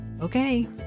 okay